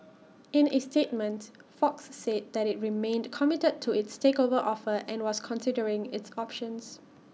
in A statement fox said that IT remained committed to its takeover offer and was considering its options